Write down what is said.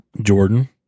Jordan